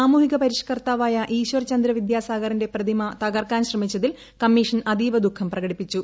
സാമൂഹിക പരിഷ്കർത്താവായ ഈശ്വർ ചന്ദ്ര വിദ്യാസാഗറിന്റെ പ്രതിമ തകർക്കാൻ ശ്രമിച്ചതിൽ കമ്മീഷൻ അതീവ ദുഖം പ്രകടിപ്പിച്ചു